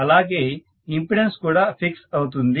అలాగే ఇంపెడెన్స్ కూడా ఫిక్స్ అవుతుంది